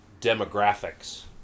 demographics